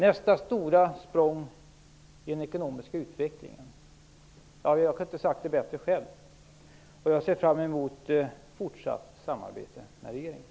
Nästa stora språng i den ekonomiska utvecklingen kunde jag inte själv ha beskrivit bättre, och jag ser fram emot fortsatt samarbete med regeringen.